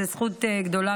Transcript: זו זכות גדולה,